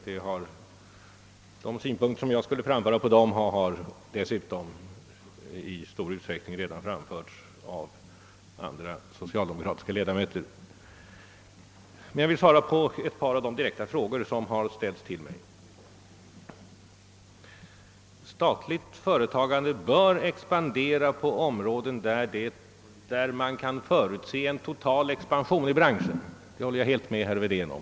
De synpunkter som jag skulle kunna anlägga på dem har för övrigt i stor utsträckning redan anförts av andra socialdemokratiska ledamöter. I stället skall jag svara på ett par av de direkta frågor som ställts till mig. Statligt företagande bör expandera på områden där man kan förutse en total expansion i branschen, det håller jag helt med herr Wedén om.